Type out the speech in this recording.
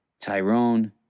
Tyrone